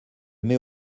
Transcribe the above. mets